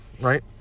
right